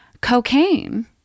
Cocaine